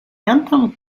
anthem